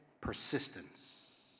persistence